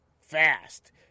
fast